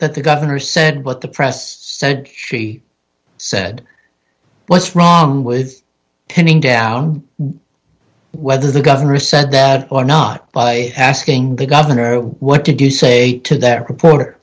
that the governor said what the press said she said what's wrong with pinning down whether the governor said or not by asking the governor what did you say to their reporter